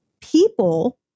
people